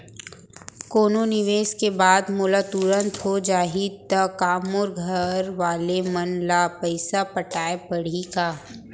कोनो निवेश के बाद मोला तुरंत हो जाही ता का मोर घरवाले मन ला पइसा पटाय पड़ही का?